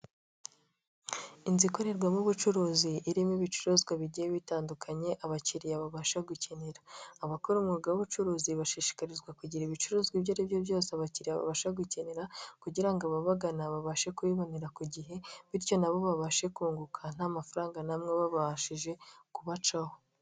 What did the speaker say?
Inzu ikorerwamo ubucuruzi irimo ibicuruzwa bigiye bitandukanye, abakiriya babasha gukenera. Abakora umwuga w'ubucuruzi bashishikarizwa kugira ibicuruzwa ibyo aribyo byose abakiriya babasha gukenera kugira ngo ababagana babashe kubibonera ku gihe bityo nabo babashe kunguka nk'amafaranga nabo baba babashije kubacaho.